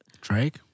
Drake